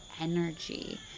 energy